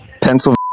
Pennsylvania